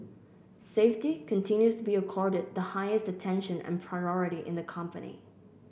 safety continues to be accorded the highest attention and priority in the company